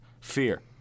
Fear